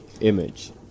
image